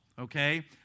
okay